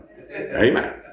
Amen